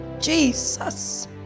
Jesus